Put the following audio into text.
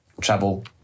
travel